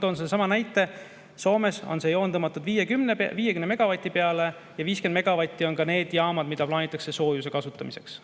Toon sellesama näite: Soomes on see joon tõmmatud 50 megavati peale ja 50 megavatti on ka need jaamad, mida plaanitakse soojuse [tootmiseks].